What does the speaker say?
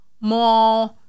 more